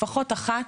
לפחות אחת,